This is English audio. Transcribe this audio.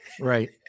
Right